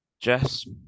Jess